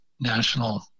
national